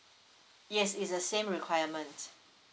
yes it's the same requirement